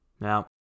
Now